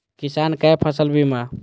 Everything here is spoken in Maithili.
किसान कै फसल बीमा?